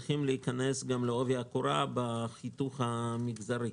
צריך להיכנס גם לעובי הקורה בחיתוך המגזרי.